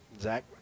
Zach